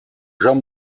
jean